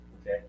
okay